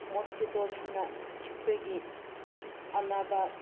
ꯃꯣꯁꯀꯤꯇꯣꯁꯤꯅ ꯆꯤꯛꯄꯒꯤ ꯑꯅꯥꯕ